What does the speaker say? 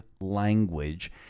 language